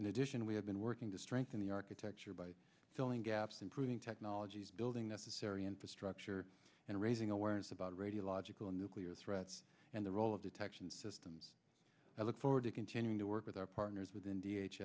in addition we have been working to strengthen the architecture by filling gaps improving technologies building that's a scary infrastructure and raising awareness about radiological and nuclear threats and the role of detection systems i look forward to continuing to work with our partners with in